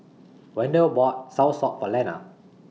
Wendell bought Soursop For Lenna